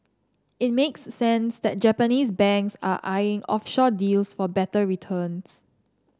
it makes sense that Japanese banks are eyeing offshore deals for better returns